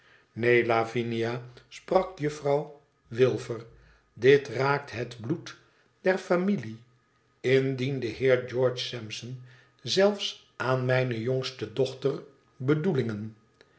neen lavinia sprak juffrouw wilfer dit raakt het bloed der iamilie indien de heer george sampson zéïh aan mijne jongste dochter bedoelingen